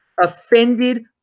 offended